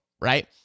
right